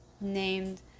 named